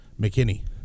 McKinney